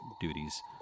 duties